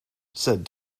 said